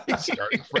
starting